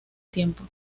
tiempo